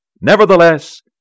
Nevertheless